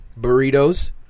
Burritos